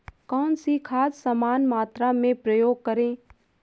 कौन सी खाद समान मात्रा में प्रयोग करें?